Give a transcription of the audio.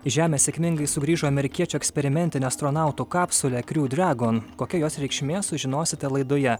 žemę sėkmingai sugrįžo amerikiečių eksperimentinė astronautų kapsulė kriu dragon kokia jos reikšmė sužinosite laidoje